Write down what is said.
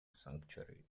sanctuary